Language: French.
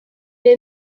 est